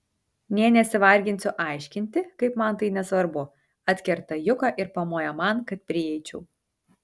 nė nesivarginsiu aiškinti kaip man tai nesvarbu atkerta juka ir pamoja man kad prieičiau